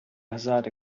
hazard